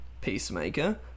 Peacemaker